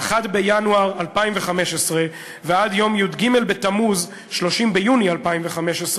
1 בינואר 2015, ועד יום י"ג בתמוז, 30 ביוני 2015,